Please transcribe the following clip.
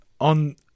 On